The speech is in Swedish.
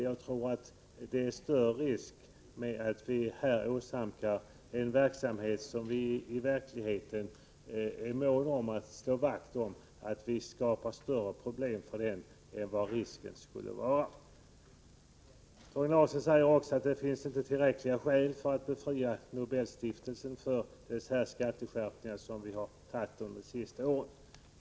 Jag tror att risken är större att vi här åsamkar en verksamhet som vi är måna att slå vakt om större problem än vad risken för missbruk innebär. Torgny Larsson säger att det inte finns tillräckliga skäl för att befria Nobelstiftelsen från den skatteskärpning som genomförts under de senaste åren.